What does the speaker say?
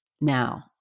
now